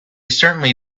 certainly